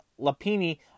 Lapini